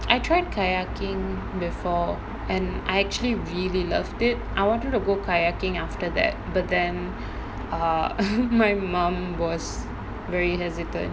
I tried kayaking before and I actually really loved it I wanted to go kayaking after that but then err my mom was very hesitant